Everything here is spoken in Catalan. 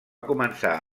començar